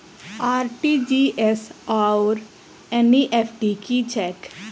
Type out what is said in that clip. RTGS आओर NEFT की छैक?